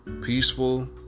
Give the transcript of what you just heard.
peaceful